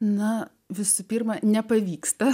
na visų pirma nepavyksta